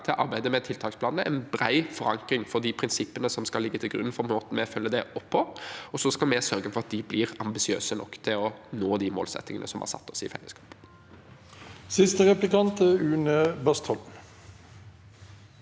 til arbeidet med tiltaksplanene, en bred forankring for de prinsippene som skal ligge til grunn for måten vi følger det opp på. Så skal vi sørge for at de blir ambisiøse nok til å nå de målsettingene som vi har satt oss i fellesskap. Une Bastholm